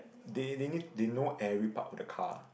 they they need they know every part of the car